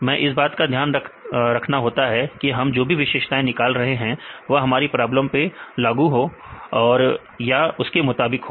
मैं इस बात का ध्यान रखना होता है कि हम जो भी विशेषताएं निकाल रहे हैं वह हमारी प्रॉब्लम पर लागू हो सके या उसके मुताबिक हो